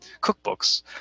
cookbooks